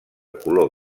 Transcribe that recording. color